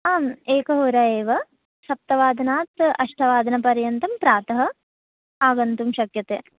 आम् एकहोरा एव सप्तवादनात् अष्टवादनपर्यन्तं प्रातः आगन्तुं शक्यते